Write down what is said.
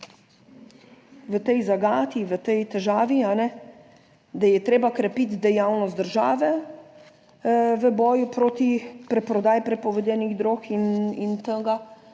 v tej zagati, v tej težavi. Da je treba krepiti dejavnost države v boju proti preprodaji prepovedanih drog.